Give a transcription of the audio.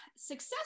success